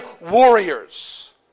warriors